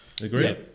Agree